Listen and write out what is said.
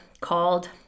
called